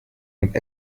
und